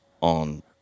on